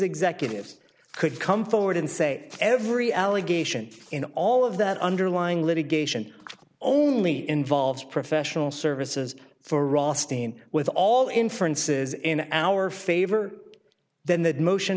executives could come forward and say every allegation in all of that underlying litigation only involves professional services for rothstein with all inferences in our favor then that motion